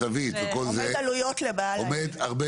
שכותרתו: רפורמת הרישוי הדיפרנציאלי תיקון מס' 34